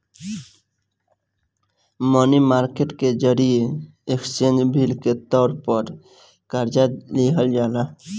मनी market के जरिए exchange bill के तौर पर कर्जा लिहल जाला